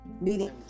meeting